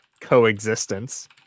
coexistence